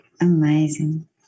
Amazing